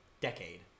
decade